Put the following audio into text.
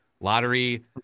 Lottery